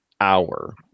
hour